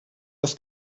das